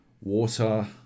water